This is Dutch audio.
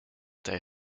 tegen